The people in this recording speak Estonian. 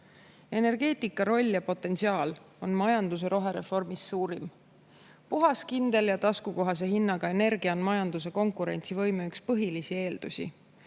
Energeetika roll ja potentsiaal on suurim majanduse rohereformis. Puhas, kindel ja taskukohase hinnaga energia on majanduse konkurentsivõime üks põhilisi eeldusi.